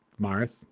marth